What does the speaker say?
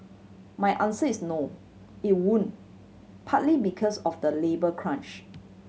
my answer is no it won't partly because of the labour crunch